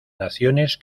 naciones